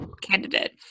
candidate